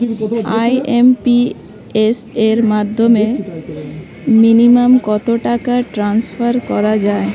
IMPS এর মাধ্যমে minimum কত টাকা ট্রান্সফার করা যায়?